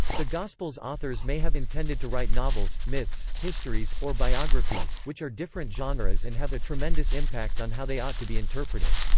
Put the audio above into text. the gospels authors may have intended to write novels, myths, histories, or biographies, which are different genres and have a tremendous impact on how they ought to be interpreted.